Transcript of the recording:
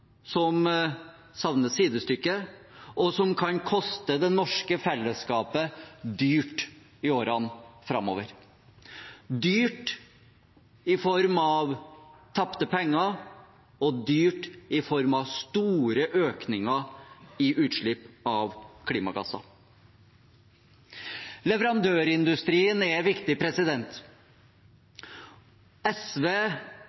som savner sidestykke, og som kan koste det norske fellesskapet dyrt i årene framover: dyrt i form av tapte penger, og dyrt i form av store økninger i utslipp av klimagasser. Leverandørindustrien er viktig.